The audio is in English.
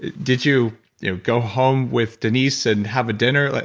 did you you know go home with denise and have a dinner?